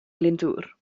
glyndŵr